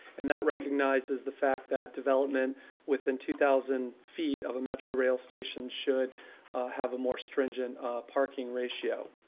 and that recognizes the fact that development within two thousand feet of a metrorail station should have a more stringent parking ratio.